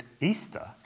Easter